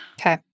okay